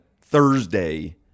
Thursday